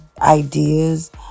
ideas